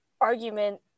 argument